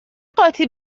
قاطی